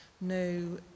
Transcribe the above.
no